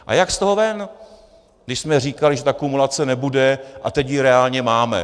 A jak z toho ven, když jsme říkali, že ta kumulace nebude, a teď ji reálně máme?